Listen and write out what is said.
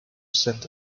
cent